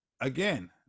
Again